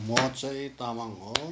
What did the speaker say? म चाहिँ तामाङ हो